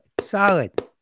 solid